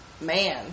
man